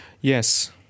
Yes